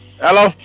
Hello